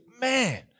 man